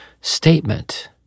statement